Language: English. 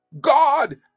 God